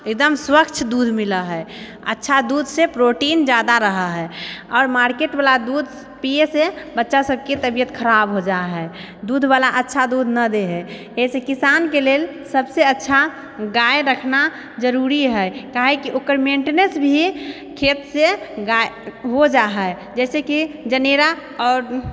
एकदम स्वच्छ दूध मिलऽ है अच्छा दूधसँ प्रोटीन जादा रहा है आओर मार्केटवला दूध पिए से बच्चा सभके तबियत खराब हो जाहे दूधवला अच्छा दूध नहि दै है एहिसँ किसानके लेल सबसँ अच्छा गाय रखना जरूरी है काहे कि ओकर मेन्टेनेन्स भी खेतसँ गाय हो जा है जैसेकि जनेरा आओर